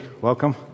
welcome